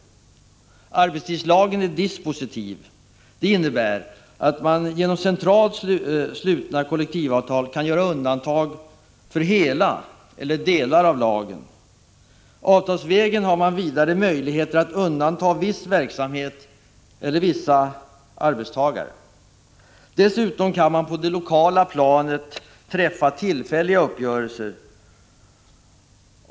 Arbetstidslagen är dispositiv. Det innebär att man genom centralt slutna kollektivavtal kan göra undantag för hela eller delar av lagen. Avtalsvägen har man vidare möjligheter att undanta viss verksamhet eller vissa arbetstagare. Dessutom kan man på det lokala planet träffa tillfälliga uppgörelser.